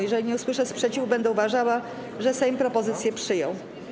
Jeżeli nie usłyszę sprzeciwu, będę uważała, że Sejm propozycję przyjął.